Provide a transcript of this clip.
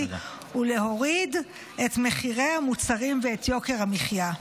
ולהוריד את מחירי המוצרים ואת יוקר המחיה.